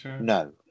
no